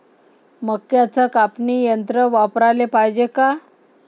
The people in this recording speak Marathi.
मक्क्याचं कापनी यंत्र वापराले पायजे का?